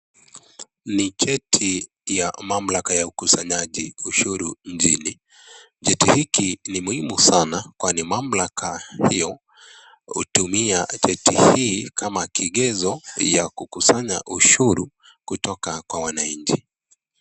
Ni cheti ya mamlaka ya ukasanyaji ushuru nchini . Jeti hiki ni muhimu sana kwani mamlaka hiyo, hutumia jeti hii kama kigezo ya kukusanya ushuru kutoka kwa wananchi.